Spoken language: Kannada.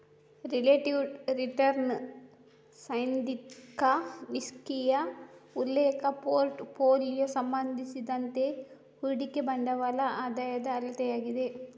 ರಿಲೇಟಿವ್ ರಿಟರ್ನ್ ಸೈದ್ಧಾಂತಿಕ ನಿಷ್ಕ್ರಿಯ ಉಲ್ಲೇಖ ಪೋರ್ಟ್ ಫೋಲಿಯೊ ಸಂಬಂಧಿಸಿದಂತೆ ಹೂಡಿಕೆ ಬಂಡವಾಳದ ಆದಾಯದ ಅಳತೆಯಾಗಿದೆ